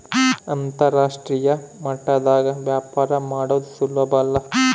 ಅಂತರಾಷ್ಟ್ರೀಯ ಮಟ್ಟದಾಗ ವ್ಯಾಪಾರ ಮಾಡದು ಸುಲುಬಲ್ಲ